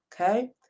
Okay